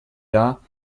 jahr